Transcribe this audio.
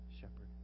shepherd